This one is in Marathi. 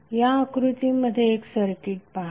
या आकृतीमध्ये एक सर्किट पहा